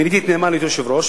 מיניתי את נאמן להיות יושב-ראש,